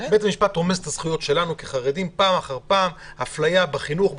בית המשפט רומס את הזכויות שלנו כחרדים פעם אחר פעם אפליה בחינוך,